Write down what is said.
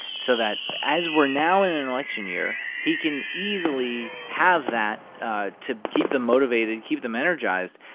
so that as we're now in an election year, he can easily have that ah to keep them motivated, keep them energized.